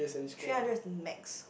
three hundred is the max